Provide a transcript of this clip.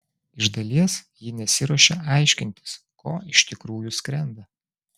iš dalies ji nesiruošia aiškintis ko iš tikrųjų skrenda